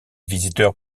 visiteurs